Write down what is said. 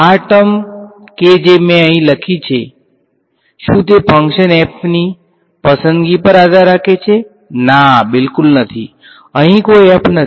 આ ટર્મ કે જે મેં અહીં લખી છે શું તે ફંક્શન f ની પસંદગી પર આધાર રાખે છે ના બિલકુલ નથી અહીં કોઈ f નથી